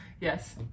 yes